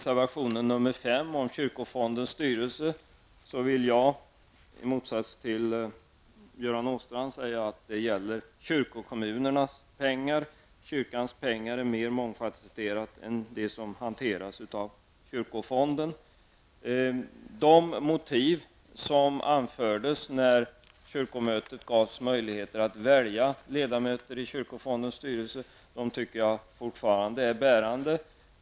6 om kyrkofondens styrelse vill jag, i motsats till Göran Åstrand, säga att det är fråga om kyrkokommunernas pengar. Kyrkans medel är mer mångfasetterade än de som hanteras av kyrkofonden. De motiv som anfördes när kyrkomötet gavs möjligheter att välja ledamöter i kyrkofondens styrelse tycker jag fortfarande är bärande.